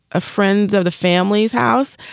a friends of the family's house.